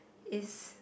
is